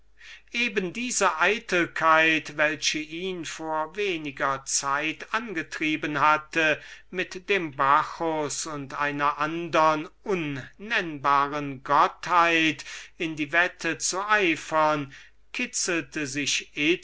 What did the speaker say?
eben diese eitelkeit welche ihn vor weniger zeit angetrieben hatte mit dem bacchus und einer andern gottheit welche wir nicht nennen dürfen in die wette zu eifern sich